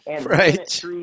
Right